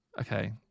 Okay